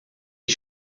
est